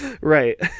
Right